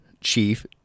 Chief